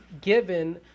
given